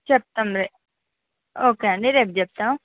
చెప్తాము రే ఓకే అండి రేపు చెప్తాము